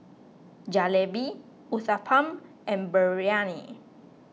Jalebi Uthapam and Biryani